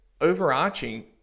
overarching